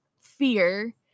fear